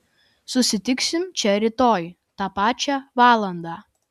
susitiksim čia rytoj tą pačią valandą